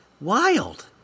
Wild